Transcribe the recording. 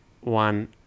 one